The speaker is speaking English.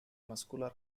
muscular